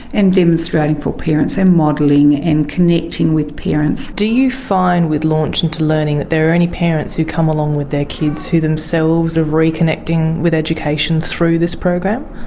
and demonstrating for parents and modelling and connecting with parents. do you find with launching into learning there are any parents who come along with their kids who themselves are reconnecting with education through this program?